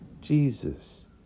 Jesus